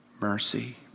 Mercy